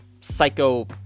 psycho